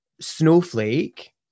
snowflake